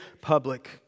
public